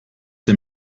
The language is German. der